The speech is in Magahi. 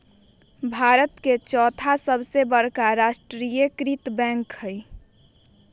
भारत के चौथा सबसे बड़का राष्ट्रीय कृत बैंक हइ